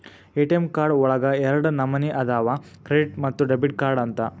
ATM card ಒಳಗ ಎರಡ ನಮನಿ ಅದಾವ ಕ್ರೆಡಿಟ್ ಮತ್ತ ಡೆಬಿಟ್ ಕಾರ್ಡ್ ಅಂತ